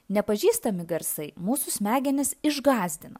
nepažįstami garsai mūsų smegenis išgąsdina